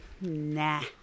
Nah